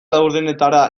laurdenetara